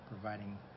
providing